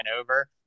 over